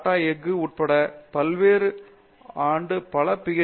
tata எஃகு உட்பட ஒவ்வொரு ஆண்டும் பல பி